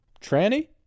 Tranny